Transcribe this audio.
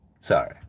sorry